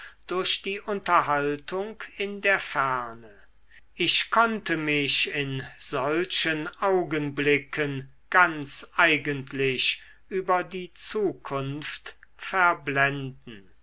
durch die unterhaltung in der ferne ich konnte mich in solchen augenblicken ganz eigentlich über die zukunft verblenden